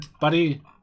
buddy